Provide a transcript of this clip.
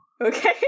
Okay